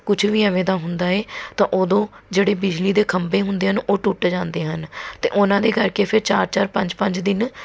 ਕੁਛ ਵੀ ਐਵੇਂ ਦਾ ਹੁੰਦਾ ਹੈ ਤਾਂ ਉਦੋਂ ਜਿਹੜੇ ਬਿਜਲੀ ਦੇ ਖੰਭੇ ਹੁੰਦੇ ਹਨ ਉਹ ਟੁੱਟ ਜਾਂਦੇ ਹਨ ਅਤੇ ਉਨ੍ਹਾਂ ਦੇ ਕਰਕੇ ਫਿਰ ਚਾਰ ਚਾਰ ਪੰਜ ਪੰਜ ਦਿਨ